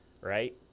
Right